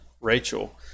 Rachel